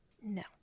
no